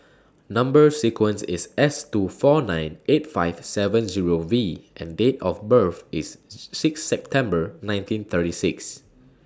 Number sequence IS S two four nine eight five seven Zero V and Date of birth IS six September nineteen thirty six